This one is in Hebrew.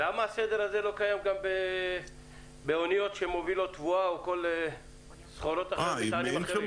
למה הסדר הזה לא קיים גם באוניות שמובילות תבואה או מטענים אחרים?